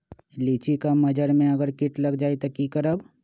लिचि क मजर म अगर किट लग जाई त की करब?